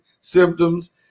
symptoms